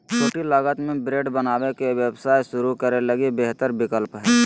छोटी लागत में ब्रेड बनावे के व्यवसाय शुरू करे लगी बेहतर विकल्प हइ